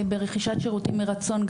ברכישת שירותים מרצון,